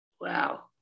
Wow